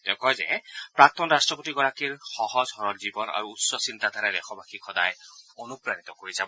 তেওঁ কয় যে প্ৰাক্তন ৰাষ্ট্ৰপতিগৰাকীৰ সহজ সৰল জীৱন আৰু উচ্চ চিন্তাধাৰাই দেশবাসীক সদায় অনুপ্ৰাণিত কৰি যাব